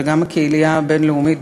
וגם הקהילה הבין-לאומית,